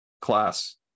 class